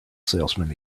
salesman